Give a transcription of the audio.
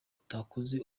utakoze